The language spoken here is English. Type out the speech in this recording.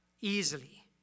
easily